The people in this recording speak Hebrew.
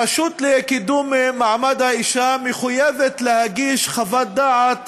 הרשות לקידום מעמד האישה מחויבת להגיש חוות דעת,